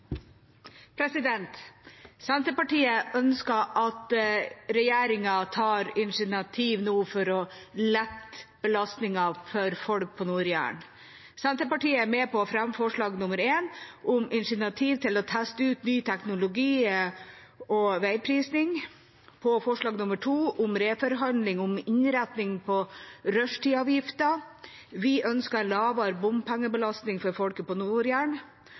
Senterpartiet ønsker at regjeringa nå tar initiativ for å lette belastningen for folk på Nord-Jæren. Senterpartiet er med på å fremme forslag nr. 1, om initiativ til å teste ut ny teknologi og veiprising, forslag nr. 2, om reforhandling av innretning på rushtidsavgiften fordi vi ønsker en lavere bompengebelastning for folk på